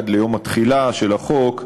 עד ליום התחילה של החוק,